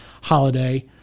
holiday